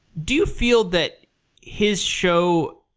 do you feel that his show,